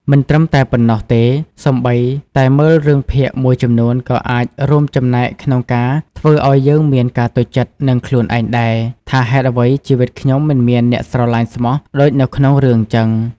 មិនត្រឹមតែប៉ុណ្ណោះទេសូម្បីតែមើលរឿងភាគមួយចំនួនក៏អាចរួមចំណែកក្នុងការធ្វើអោយយើងមានការតូចចិត្តនឹងខ្លួនឯងដែរ ថាហេតុអ្វីជីវិតខ្ញុំមិនមានអ្នកស្រលាញ់ស្មោះដូចនៅក្នុងរឿងចឹង ។